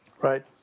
Right